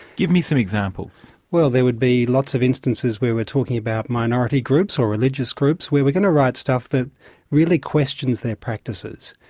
give me some examples. well, there would be lots of instances where we're talking about minority groups, or religious groups, where we're going to write stuff that really questions their practices.